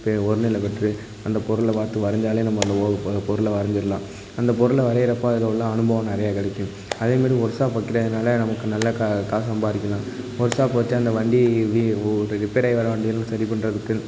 பெ ஒருநிலைப்பெற்று அந்த பொருளை பார்த்து வரைஞ்சாலே நம்ம அந்த ஓ பொருளை வரைஞ்சிரலாம் அந்த பொருளை வரைகிறப்ப அதில் உள்ள அனுபவம் நிறையா கிடைக்கும் அதேமாதிரி ஒர்க்ஷாப் வைக்கிறதனால நமக்கு நல்ல கா காசு சம்பாதிக்கிலாம் ஒர்க்ஷாப் வச்சா இந்த வண்டி எப்படி ரிப்பேர் ஆகி வர வண்டி எல்லாம் சரி பண்ணுறதுக்கு